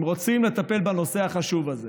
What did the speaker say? אם רוצים לטפל בנושא החשוב הזה